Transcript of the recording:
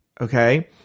okay